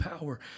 power